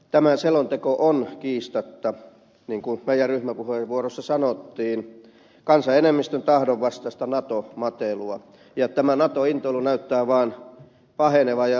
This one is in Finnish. tämä selonteko on kiistatta niin kuin meidän ryhmäpuheenvuorossamme sanottiin kansan enemmistön tahdon vastaista nato matelua ja tämä nato intoilu näyttää vaan pahenevan ja laajenevan